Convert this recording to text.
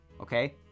Okay